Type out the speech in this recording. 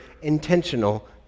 intentional